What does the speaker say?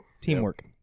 Teamwork